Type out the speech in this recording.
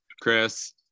chris